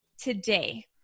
today